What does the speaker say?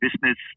business